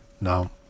no